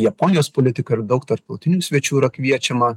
japonijos politikai ir daug tarptautinių svečių yra kviečiama